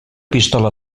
pistola